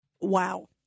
Wow